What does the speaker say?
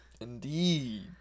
Indeed